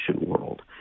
world